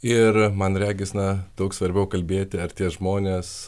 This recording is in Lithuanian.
ir man regis na daug svarbiau kalbėti ar tie žmonės